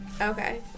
Okay